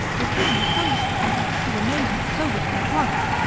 the king was thunderstruck his amazement sobered him at once.